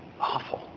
Awful